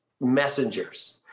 messengers